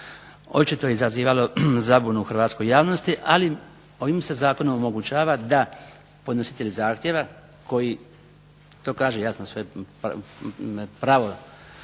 To je očito izazivalo zabunu u hrvatskoj javnosti, ali ovim se zakonom omogućava da podnositelj zahtjeva koji to kaže jasno svoje pravo